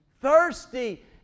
thirsty